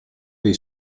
dei